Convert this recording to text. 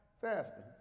fasting